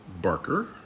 Barker